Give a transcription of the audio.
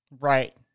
Right